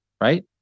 right